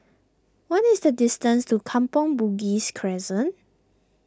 what is the distance to Kampong Bugis Crescent